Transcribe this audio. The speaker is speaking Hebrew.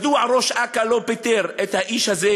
מדוע ראש אכ"א לא פיטר את האיש הזה,